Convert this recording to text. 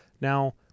Now